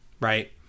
Right